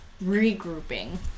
regrouping